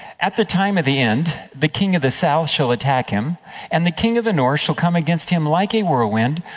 at the time of the end the king of the south shall attack him and the king of the north shall come against him like a whirlwind,